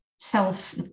self